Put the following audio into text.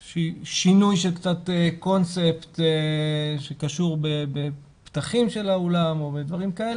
שינוי של קצת קונספט שקשור בפתחים של האולם או בדברים כאלה.